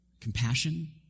Compassion